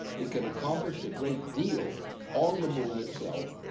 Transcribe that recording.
it can accomplish a great deal on the moon itself,